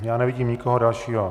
Já nevidím nikoho dalšího.